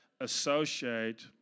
Associate